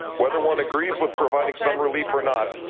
whether one agrees with providing some relief or not,